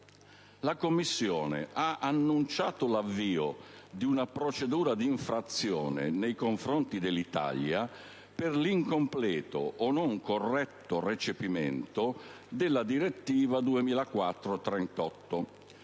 la Commissione ha annunciato l'avvio di una procedura d'infrazione nei confronti dell'Italia per l'incompleto o non corretto recepimento della direttiva 2004/38/CE.